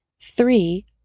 Three